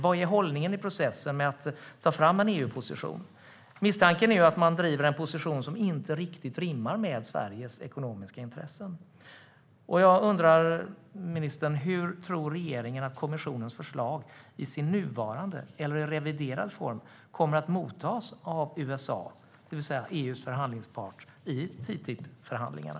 Vad är hållningen i processen med att ta fram en EU-position? Misstanken är att man driver en position som inte riktigt rimmar med Sveriges ekonomiska intressen. Hur tror regeringen att kommissionens förslag, i sin nuvarande eller i reviderad form, kommer att mottas av USA, EU:s förhandlingspart i TTIP-förhandlingarna?